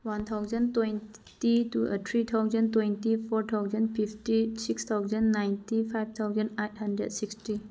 one thousand twenty two three thousand twenty four four thousand fifty six thousand ninety five thousand eight hundred sixty